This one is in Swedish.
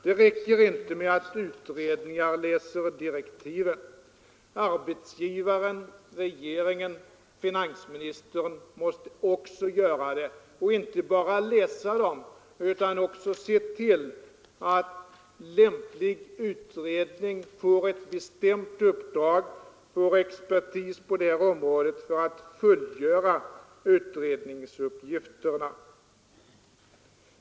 Det räcker inte med att utredningar läser utskottsbetänkanden. Arbetsgivaren/regeringen och finansministern måste också göra det — och inte bara läsa dem utan också se till att lämplig utredning får ett bestämt uppdrag och får expertis på området för att fullgöra uppdraget.